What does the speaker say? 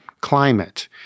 climate